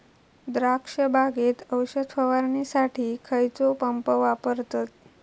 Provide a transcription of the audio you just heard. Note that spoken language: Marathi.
द्राक्ष बागेत औषध फवारणीसाठी खैयचो पंप वापरतत?